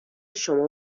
شما